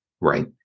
Right